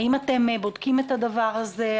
האם אתם בודקים את הדבר הזה?